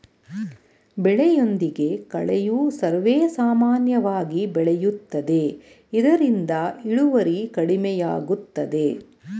ಬೆಳೆಯೊಂದಿಗೆ ಕಳೆಯು ಸರ್ವೇಸಾಮಾನ್ಯವಾಗಿ ಬೆಳೆಯುತ್ತದೆ ಇದರಿಂದ ಇಳುವರಿ ಕಡಿಮೆಯಾಗುತ್ತದೆ